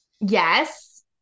Yes